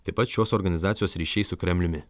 taip pat šios organizacijos ryšiai su kremliumi